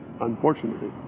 unfortunately